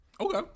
Okay